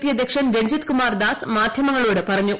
P അദ്ധ്യക്ഷൻ രഞ്ജിത്കുമാർ ദാസ് മാധ്യമങ്ങളോട് പറഞ്ഞു